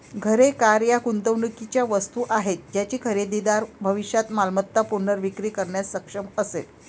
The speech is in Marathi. घरे, कार या गुंतवणुकीच्या वस्तू आहेत ज्याची खरेदीदार भविष्यात मालमत्ता पुनर्विक्री करण्यास सक्षम असेल